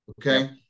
okay